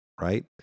right